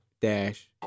dash